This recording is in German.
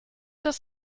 das